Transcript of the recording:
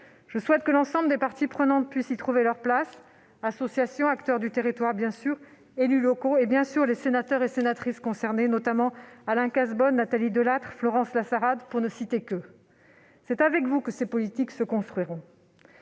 Je souhaite que l'ensemble des parties prenantes puissent y trouver leur place : les associations, les acteurs du territoire, les élus locaux et, bien évidemment, les sénatrices et sénateurs concernés, notamment Alain Cazabonne, Nathalie Delattre et Florence Lassarade, entre autres. C'est avec vous que de telles politiques se construiront.